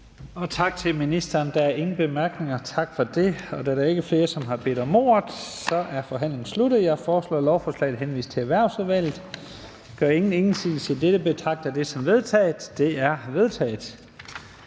Tak til ministeren. Der er ingen korte bemærkninger. Da der ikke er flere, som har bedt om ordet, er forhandlingen sluttet. Jeg foreslår, at lovforslaget henvises til Erhvervsudvalget. Gør ingen indsigelse mod dette, betragter jeg det som vedtaget. Det er vedtaget.